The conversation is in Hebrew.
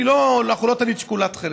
אנחנו לא טלית שכולה תכלת.